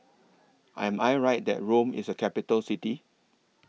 Am I Right that Rome IS A Capital City